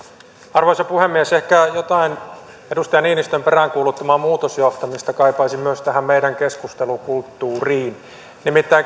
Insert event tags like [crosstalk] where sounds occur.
arvoisa puhemies ehkä edustaja niinistön peräänkuuluttamaa muutosjohtamista kaipaisi myös tähän meidän keskustelukulttuuriimme nimittäin [unintelligible]